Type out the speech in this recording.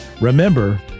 remember